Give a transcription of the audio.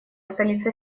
столица